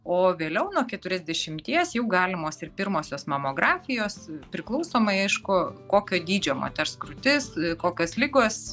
o vėliau nuo keturiasdešimties jau galimos ir pirmosios mamografijos priklausomai aišku kokio dydžio moters krūtis kokios ligos